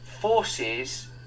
forces